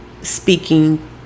speaking